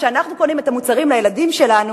שכשאנחנו קונים את המוצרים לילדים שלנו